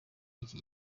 y’iki